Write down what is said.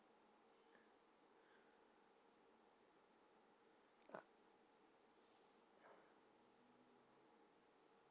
ya